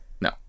no